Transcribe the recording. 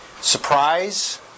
Surprise